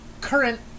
Current